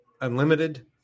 Unlimited